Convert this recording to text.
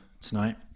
tonight